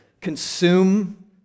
consume